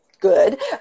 good